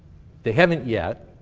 they haven't yet,